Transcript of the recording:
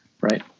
right